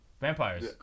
Vampires